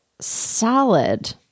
Solid